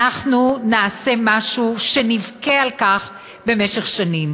אנחנו נעשה משהו שנבכה עליו במשך שנים.